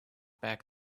back